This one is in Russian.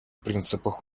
принципах